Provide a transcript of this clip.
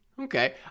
okay